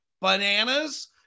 bananas